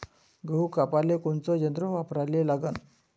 गहू कापाले कोनचं यंत्र वापराले लागन?